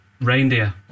reindeer